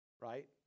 right